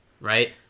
Right